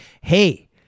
hey